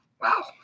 Wow